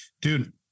dude